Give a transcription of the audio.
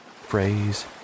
phrase